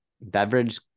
beverage